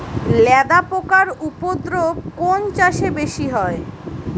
লেদা পোকার উপদ্রব কোন চাষে বেশি হয়?